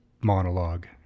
monologue